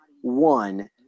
one